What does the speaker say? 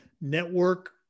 network